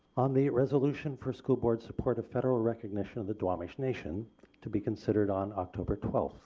on the resolution for school board support of federal recognition of the duwamish nation to be considered on october twelve.